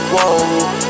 Whoa